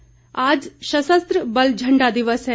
झण्डा दिवस आज सशस्त्र बल झंडा दिवस है